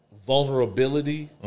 vulnerability